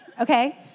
okay